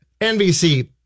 NBC